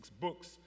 books